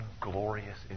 glorious